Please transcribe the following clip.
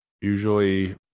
Usually